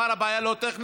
הוא אמר שהבעיה לא טכנית,